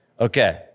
Okay